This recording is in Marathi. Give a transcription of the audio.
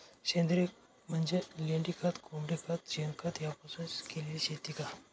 सेंद्रिय म्हणजे लेंडीखत, कोंबडीखत, शेणखत यापासून केलेली शेती का?